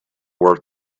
worth